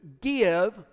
give